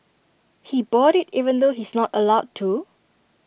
he bought IT even though he's not allowed to